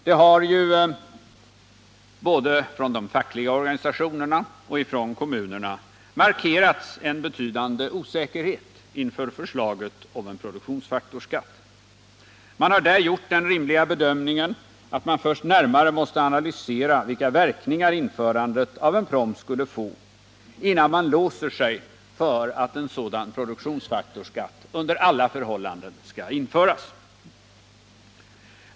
Det har ju både från de fackliga organisationerna och från kommunerna markerats en betydande osäkerhet inför förslaget om en produktionsfaktorsskatt. Man har där gjort den rimliga bedömningen att man först närmare måste analysera vilka verkningar införandet av en proms skulle få, innan man låser sig för att en sådan produktionsfaktorsskatt under alla förhållanden skall införas.